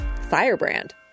firebrand